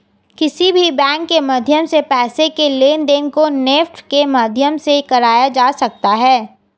किसी भी बैंक के माध्यम से पैसे के लेनदेन को नेफ्ट के माध्यम से कराया जा सकता है